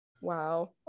Wow